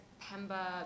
Pemba